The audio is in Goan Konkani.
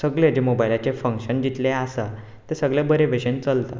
सगळे जे माोबायलाचे फंक्शन जितले आसा ते सगळे बरे भशेन चलता